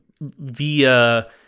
via